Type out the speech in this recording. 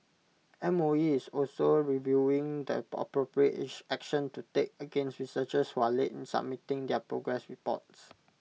M O E is also reviewing the appropriate action to take against researchers who are late in submitting their progress reports